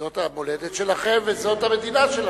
זו המולדת שלכם וזו המדינה שלכם,